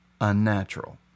unnatural